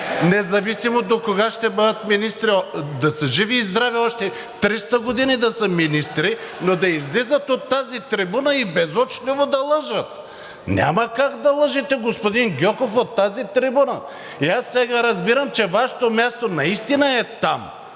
независимо докога ще бъдат министри – да са живи и здрави, още 300 години да са министри, но да излизат от тази трибуна и безочливо да лъжат! Няма как да лъжете, господин Гьоков, от тази трибуна! И аз сега разбирам, че Вашето място наистина е там,